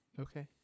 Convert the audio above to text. Okay